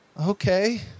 Okay